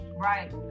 right